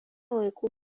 laikų